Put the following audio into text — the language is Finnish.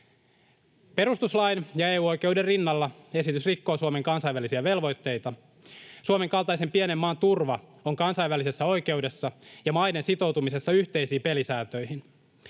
Perustuslain ja EU-oikeuden rinnalla esitys rikkoo Suomen kansainvälisiä velvoitteita. Suomen kaltaisen pienen maan turva on kansainvälisessä oikeudessa ja maiden sitoutumisessa yhteisiin pelisääntöihin.